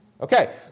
Okay